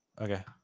okay